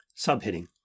Subheading